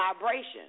vibration